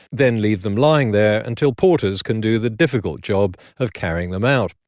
then leave them lying there until porters can do the difficult job of carrying them out.